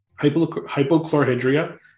Hypochlorhydria